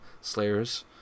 Slayers